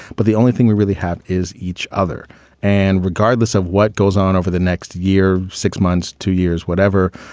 but the only thing we really have is each other and regardless of what goes on over the next year, six months, two years, whatever,